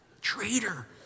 traitor